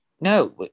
no